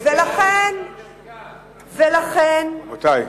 ולכן, רבותי.